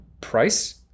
price